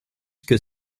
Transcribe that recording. que